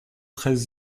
treize